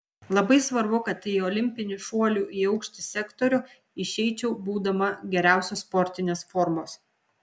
labai svarbu kad į olimpinį šuolių į aukštį sektorių išeičiau būdama geriausios sportinės formos